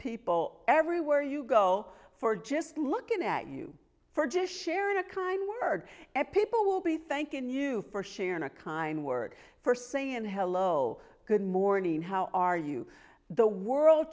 people everywhere you go for just looking at you for just sharing a kind word a people will be thanking you for sharing a kind word for saying hello good morning how are you the world